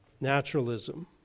Naturalism